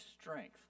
strength